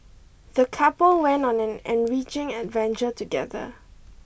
the couple went on an enriching adventure together